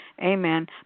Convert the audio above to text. amen